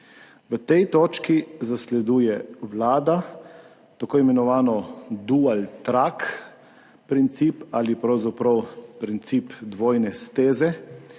V tej točki zasleduje vlada tako imenovano dual track princip ali pravzaprav princip dvojne steze,